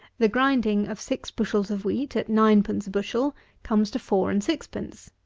the grinding of six bushels of wheat at ninepence a bushel comes to four and sixpence,